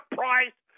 price